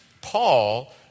Paul